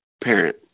parent